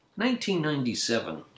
1997